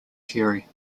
fury